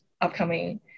upcoming